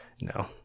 no